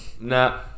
nah